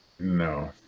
No